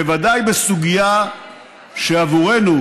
בוודאי בסוגיה שעבורנו,